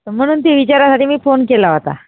तर म्हणून ते इचारायसाठी मी फोन केला होता